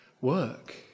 work